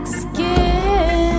skin